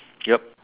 yup